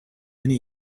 many